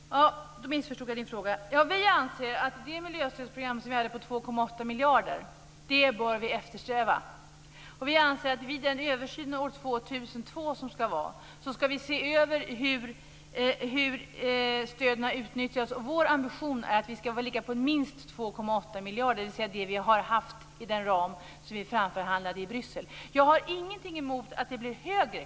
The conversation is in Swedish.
Fru talman! Då missförstod jag frågan. Vi anser att vi bör eftersträva det miljöstödsprogram som vi hade på 2,8 miljarder. Vi anser att vi vid den översyn som ska vara år 2002 ska se över hur stöden har utnyttjats. Vår ambition är att vi ska ligga på minst 2,8 miljarder, dvs. det vi har haft i den ram som vi förhandlade fram i Bryssel. Jag har ingenting emot att det blir högre.